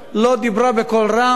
לא דיברה בקול רם,